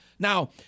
Now